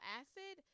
acid